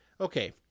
okay